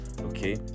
okay